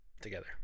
together